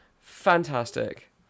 fantastic